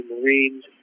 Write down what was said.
Marines